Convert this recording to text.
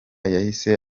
yahise